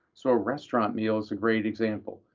so a restaurant meal is a great example.